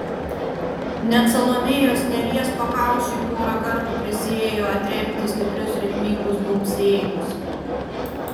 net salomėjos nėries pakaušiui porą kartų prisiėjo atremti stiprius ritmingus bumbsėjimus